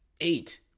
eight